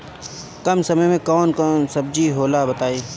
कम समय में कौन कौन सब्जी होला बताई?